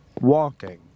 walking